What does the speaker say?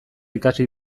ikasi